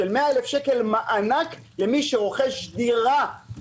על מענק בגובה 100,000 שקל למי שרוכש דירה בנגב.